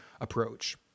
approach